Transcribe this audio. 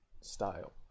style